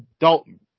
Dalton